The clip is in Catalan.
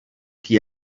qui